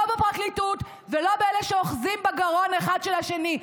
לא בפרקליטות ולא באלה שאוחזים בגרון אחד של השני.